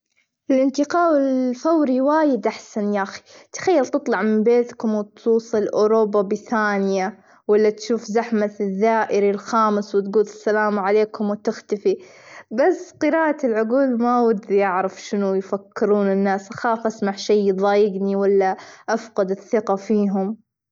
الأنتقاء الفوري وايد أحسن يا أخي تخيل تطلع من بيتكم وتوصل أوروبا بثانية ولا تشوف زحمة الدائري الخامس وتجول السلام عليكم وتختفي، بس قراءة العجول ما ودي أعرف شنو يفكرون الناس أخاف أسمع شي يظايجني، ولا أفقد الثقة فيهم.